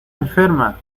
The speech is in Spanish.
enferma